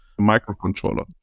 microcontroller